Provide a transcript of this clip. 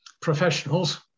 professionals